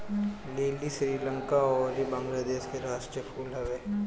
लीली श्रीलंका अउरी बंगलादेश के राष्ट्रीय फूल हवे